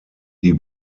die